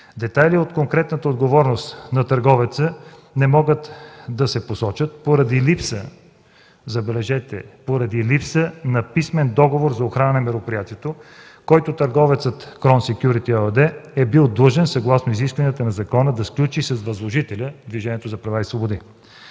Детайли от конкретната отговорност на търговеца не могат да се посочат поради липса, забележете, поради липса на писмен договор за охрана на мероприятието, който търговецът „Крон Секюрити” ЕООД е бил длъжен съгласно изискванията на закона да сключи с възложителя – Движението за права и свободи.